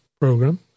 program